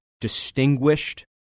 distinguished